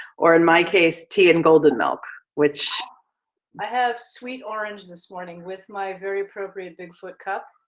or, in my case, tea and golden milk, which i have sweet orange this morning with my very appropriate bigfoot cup.